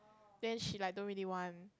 then she like don't really want